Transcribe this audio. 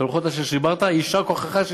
הלוחות אשר שיברת, יישר כוחך.